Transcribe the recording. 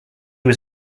was